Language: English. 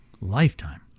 Lifetime